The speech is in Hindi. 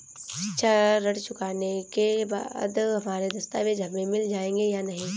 शिक्षा ऋण चुकाने के बाद हमारे दस्तावेज हमें मिल जाएंगे या नहीं?